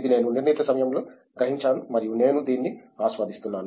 ఇది నేను నిర్ణీత సమయంలో గ్రహించాను మరియు నేను దీన్ని ఆస్వాదిస్తున్నాను